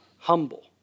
Humble